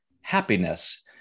happiness